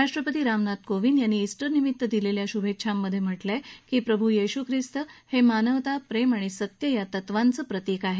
राष्ट्रपती रामनाथ कोविंद यांनी ईस्टरनिमित्त दिलेल्या शुभेच्छांमधे म्हटलंय की प्रभू येशू ख्रिस्त हे मानवता प्रेम आणि सत्य या तत्त्वांचं प्रतीक आहे